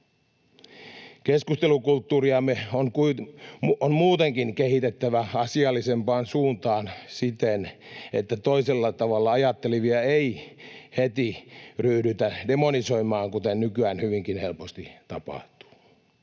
Keskustelukulttuuriamme on muutenkin kehitettävä asiallisempaan suuntaan siten, että toisella tavalla ajattelevia ei heti ryhdytä demonisoimaan, kuten nykyään hyvinkin helposti tapahtuu.